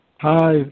Hi